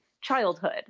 Childhood